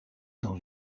dans